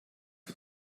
ich